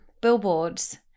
billboards